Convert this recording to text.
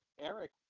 Eric